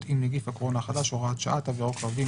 עם נגיף הקורונה החדש (הוראת שעה) (תו ירוק לעובדים),